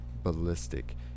Ballistic